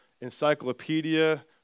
encyclopedia